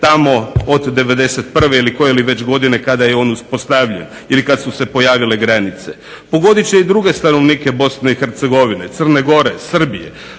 tamo od 91. kada je on uspostavljen ili kada su se pojavile granice. Pogodit će i druge stanovnike BiH, Crne Gore i Srbije,